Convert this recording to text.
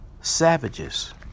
savages